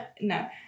No